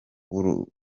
w’urugo